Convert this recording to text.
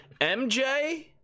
MJ